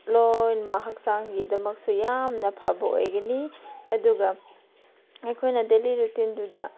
ꯂꯣꯏꯅꯃꯛ ꯍꯛꯆꯥꯡꯒꯤꯗꯃꯛꯁꯨ ꯌꯥꯝꯅ ꯐꯕ ꯑꯣꯏꯒꯅꯤ ꯑꯗꯨꯒ ꯑꯩꯈꯣꯏꯅ ꯗꯦꯂꯤ ꯔꯨꯇꯤꯟꯗꯨꯗ